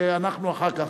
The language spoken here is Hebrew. ואנחנו אחר כך,